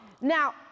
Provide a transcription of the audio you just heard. Now